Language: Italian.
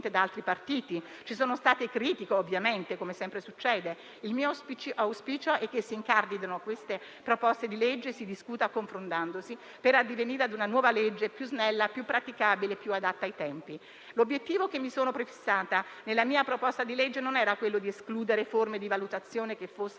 da altri partiti e ci sono state critiche, ovviamente, come sempre succede. Il mio auspicio è che si incardinino queste proposte di legge e si discuta confrontandosi, per addivenire ad una nuova legge, più snella, più praticabile, più adatta ai tempi. L'obiettivo che mi ero prefissata nella mia proposta di legge non era quello di escludere forme di valutazione definite